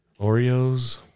Oreos